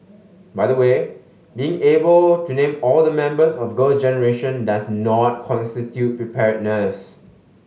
by the way being able to name all the members of Girl Generation does not constitute preparedness